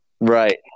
Right